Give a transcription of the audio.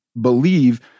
believe